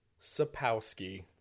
Sapowski